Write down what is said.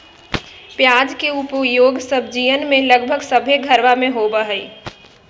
प्याज के उपयोग सब्जीयन में लगभग सभ्भे घरवा में होबा हई